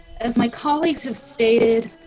as my colleagues have stated,